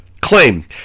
claim